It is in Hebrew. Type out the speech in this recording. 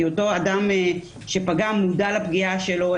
כי אותו אדם שפגע מודע לפגיעה שלו.